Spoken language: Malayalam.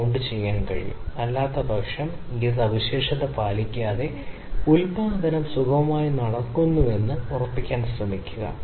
രണ്ടും തമ്മിലുള്ള ഈ പ്രത്യേക ശ്രേണിയിൽ വരിവരിയായിട്ടുള്ള ഏതൊരു ഉൽപ്പന്നവും ടോളറൻസ് പരിധി ഉൽപ്പന്നമായി സ്വീകരിക്കും